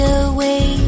away